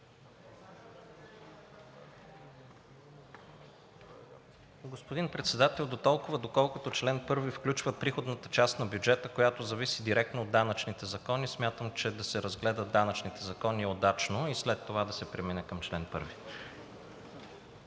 Господин Председател, дотолкова, доколкото чл. 1 включва приходната част на бюджета, която зависи директно от данъчните закони, смятам, че да се разгледат данъчните закони е удачно и след това да се премине към чл. 1.